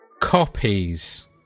copies